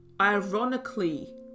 ironically